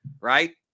right